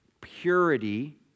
purity